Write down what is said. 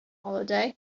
holiday